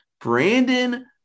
Brandon